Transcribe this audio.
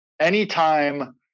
anytime